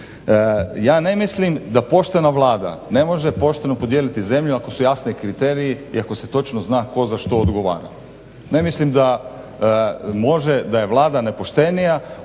Ja ne mislim da poštena Vlada ne može pošteno podijeliti zemlju ako su jasni kriteriji i ako se točno zna tko za što odgovara. Ne mislim da može, da je Vlada nepoštenija